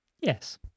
Yes